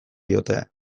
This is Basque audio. diote